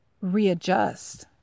readjust